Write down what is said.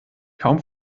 kaum